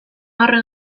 horren